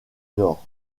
nord